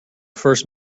first